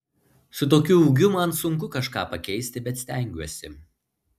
su tokiu ūgiu man sunku kažką pakeisti bet stengiuosi